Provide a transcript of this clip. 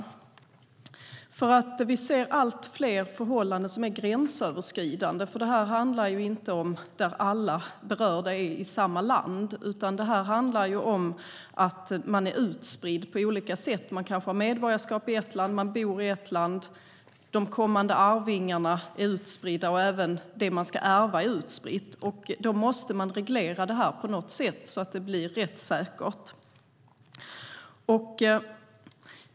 Allt fler förhållanden är gränsöverskridande. Detta handlar ju inte om att alla berörda bor i samma land, utan det handlar om att de berörda är utspridda på olika sätt. Man har kanske medborgarskap i ett land men bor i ett annat land. De kommande arvingarna kan vara utspridda och även den egendom som ska ärvas är utspridd. Då måste detta regleras på något sätt så att det blir rättssäkert.